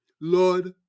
Lord